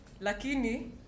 lakini